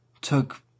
took